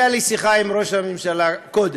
הייתה לי שיחה עם ראש הממשלה, קודם.